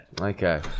Okay